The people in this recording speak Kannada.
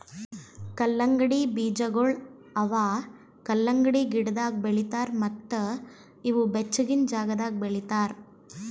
ಕಲ್ಲಂಗಡಿ ಬೀಜಗೊಳ್ ಅವಾ ಕಲಂಗಡಿ ಗಿಡದಾಗ್ ಬೆಳಿತಾರ್ ಮತ್ತ ಇವು ಬೆಚ್ಚಗಿನ ಜಾಗದಾಗ್ ಬೆಳಿತಾರ್